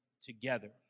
together